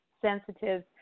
sensitive